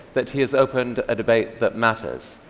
that he has opened a debate that matters?